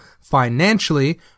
financially